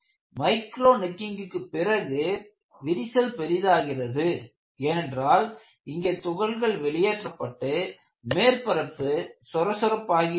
micro நெக்கிங்கிற்கு பிறகு விரிசல் பெரிதாகிறது ஏனென்றால் இங்கே துகள்கள் வெளியேற்றப்பட்டு மேற்பரப்பு சொரசொரப்பாகிவிடுகிறது